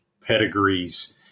pedigrees